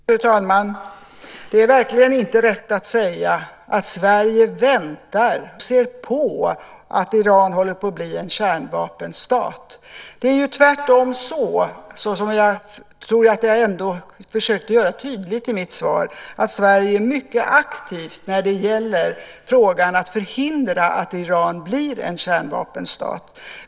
Fru talman! Det är verkligen inte rätt att säga att Sverige väntar och ser på när det gäller att Iran håller på att bli en kärnvapenstat. Det är tvärtom så, som jag tror att jag ändå försökte göra tydligt i mitt svar, att Sverige är mycket aktivt i frågan om att förhindra att Iran blir en kärnvapenstat.